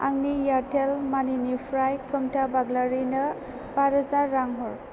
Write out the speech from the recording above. आंनि एयारटेल मानिनिफ्राय खोमथा बाग्लारिनो बा रोजा रां हर